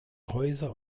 häuser